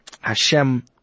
Hashem